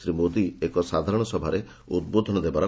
ଶ୍ରୀ ମୋଦି ଏକ ସାଧାରଣସଭାରେ ଉଦ୍ବୋଧନ ଦେବେ